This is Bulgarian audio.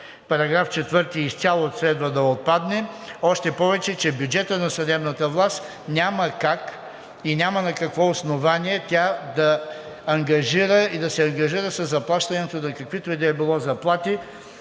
че § 4 изцяло следва да отпадне, още повече че бюджетът на съдебната власт няма как и няма на какво основание тя да ангажира и да се ангажира със заплащането на каквито и да е било заплати